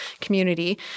community